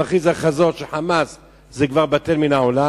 מכריז הכרזות ש"חמאס" זה כבר בטל מהעולם.